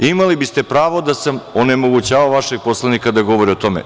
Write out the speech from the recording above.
Imali biste pravo da sam onemogućavao vašeg poslanika da govori o tome.